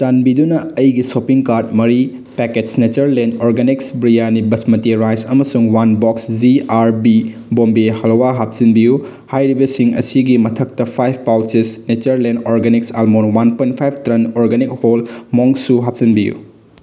ꯆꯥꯟꯕꯤꯗꯨꯅ ꯑꯩꯒꯤ ꯁꯣꯞꯄꯤꯡ ꯀꯥꯔꯗ ꯃꯔꯤ packets Natureland organic biryani basmati rice ꯑꯃꯁꯨꯡ one box G R B Bombay halwa ꯍꯥꯞꯆꯤꯟꯕꯤꯌꯨ ꯍꯥꯏꯔꯤꯕꯁꯤꯡ ꯑꯁꯤꯒꯤ ꯃꯊꯛꯇ ꯐꯥꯏꯕ pouches Natureland organic almond one point ꯐꯥꯏꯕ ꯇꯔꯅ ꯑꯣꯔꯒꯥꯅꯤꯛ ꯍꯣꯜ ꯃꯣꯡꯁꯨ ꯍꯥꯞꯆꯤꯟꯕꯤꯌꯨ